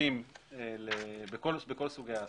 בכל סוגי העסקים,